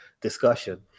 discussion